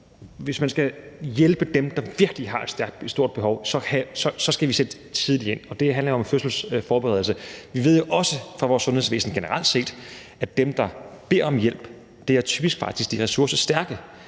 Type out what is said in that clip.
hvis man skal hjælpe dem, der virkelig har et stort behov, skal vi sætte tidligt ind, og det handler om fødselsforberedelse. Vi ved jo også fra vores sundhedsvæsen generelt set, at dem, der beder om hjælp, typisk faktisk er de ressourcestærke,